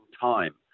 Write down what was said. time